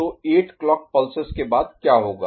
तो 8 clock pulses के बाद क्या होगा